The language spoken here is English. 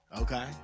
Okay